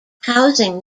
housing